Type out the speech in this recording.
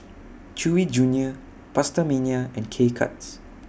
Chewy Junior PastaMania and K Cuts